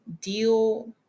deal